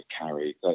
carry